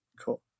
Cool